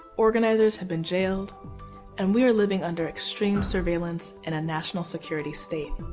organizers have been jailed and we're living under extreme surveillance in a national security state.